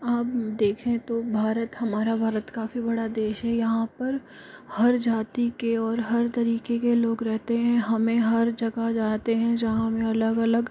आप देखें तो भारत हमारा भारत काफ़ी बड़ा देश है यहाँ पर हर जाति के और हर तरीके के लोग रहते हैं हमें हर जगह जाते हैं जहाँ हमें अलग अलग